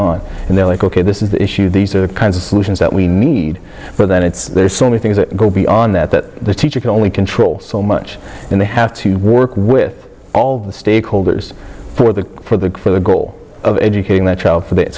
on and they're like ok this is the issue these are the kinds of solutions that we need for then it's there's so many things that go beyond that that the teacher can only control so much and they have to work with all the stakeholders for the for the for the goal of educating their child for that